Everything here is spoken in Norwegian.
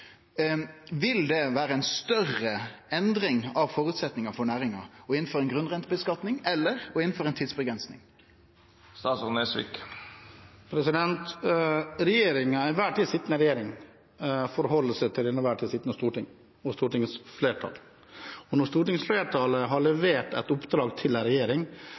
Vil det vere ei større endring av føresetnadene for næringa å innføre ei grunnrenteskattlegging enn å innføre ei tidsavgrensing? Den til enhver tid sittende regjering forholder seg til det til enhver tid sittende storting og stortingsflertall, og når stortingsflertallet har levert et oppdrag til en regjering,